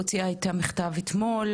הוציאה את המכתב אתמול,